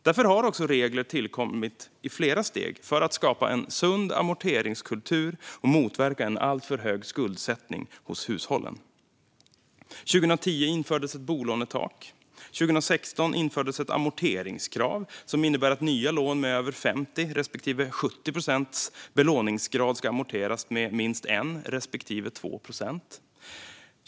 Därför har också regler tillkommit i flera steg för att skapa en sund amorteringskultur och motverka en alltför hög skuldsättning hos hushållen. År 2010 infördes ett bolånetak. År 2016 infördes ett amorteringskrav som innebär att nya lån med över 50 respektive 70 procents belåningsgrad ska amorteras med minst 1 respektive 2 procent.